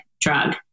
drug